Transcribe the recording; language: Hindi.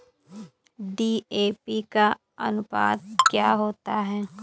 डी.ए.पी का अनुपात क्या होता है?